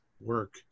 work